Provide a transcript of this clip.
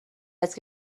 است